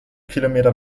kilometer